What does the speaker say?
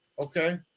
Okay